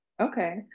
Okay